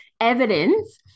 evidence